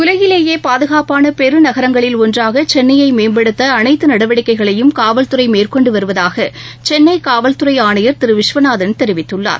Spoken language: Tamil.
உலகிலேயே பாதுகாப்பான பெருநகரங்களில் ஒன்றாக சென்னையை மேம்படுத்த அனைத்து நடவடிக்கைகளையும் காவல் துறை மேற்கொண்டு வருவதாக சென்னை காவல் துறை ஆணையர் திரு விஸ்வநாதன் தெரிவித்துள்ளார்